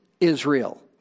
Israel